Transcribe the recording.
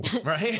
Right